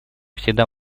всегда